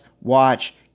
watch